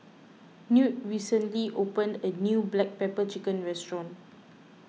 Knute recently opened a new Black Pepper Chicken restaurant